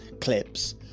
clips